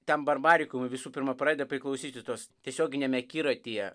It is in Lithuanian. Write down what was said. tam barbarikum visų pirma pradeda priklausyti tos tiesioginiame akiratyje